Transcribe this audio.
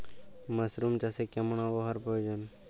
Mushroom চাষে কেমন আবহাওয়ার প্রয়োজন?